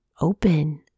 open